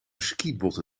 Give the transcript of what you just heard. skibotten